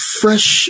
fresh